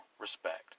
respect